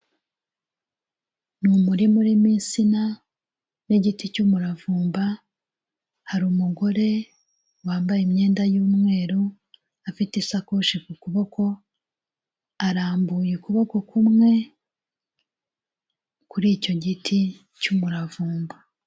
Ni umurima urimo insina n'igiti cy'umuravumba, hari umugore wambaye imyenda y'umweru, afite isakoshi ku kuboko, arambuye ukuboko kumwe kuri icyo giti cy'umuravumba.